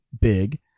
big